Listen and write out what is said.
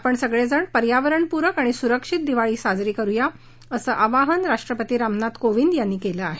आपण सगळेजण पर्यावरणप्रक आणि सुरक्षित दिवाळी साजरी करुया असं आवाहन राष्ट्रपती रामनाथ कोविंद यांनी केलं आहे